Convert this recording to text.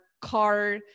car